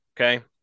Okay